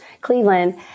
Cleveland